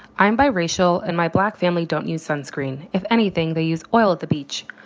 i'm biracial, and my black family don't use sunscreen. if anything, they use oil at the beach.